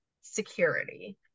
security